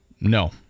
no